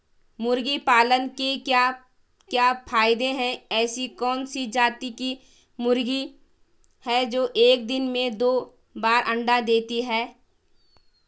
मुर्गी पालन के क्या क्या फायदे हैं ऐसी कौन सी जाती की मुर्गी है जो एक दिन में दो बार अंडा देती है?